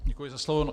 Děkuji za slovo.